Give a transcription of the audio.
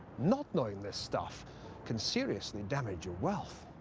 not knowing this stuff can seriousiy damage your weaith.